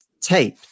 tape